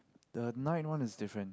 the night one is different